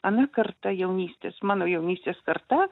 ana karta jaunystės mano jaunystės karta